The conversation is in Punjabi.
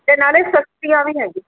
ਤੇ ਨਾਲੇ ਸਸਤੀਆਂ ਵੀ ਹੈਗੀਆ